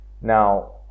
Now